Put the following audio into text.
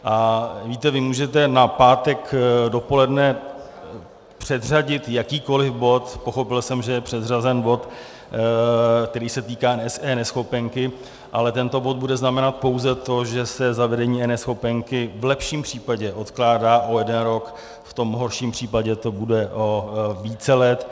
A víte, vy můžete na pátek dopoledne předřadit jakýkoli bod, pochopil jsem, že je předřazen bod, který se týká eNeschopenky, ale tento bod bude znamenat pouze to, že se zavedení eNeschopenky v lepším případě odkládá o jeden rok, v tom horším případě to bude o více let.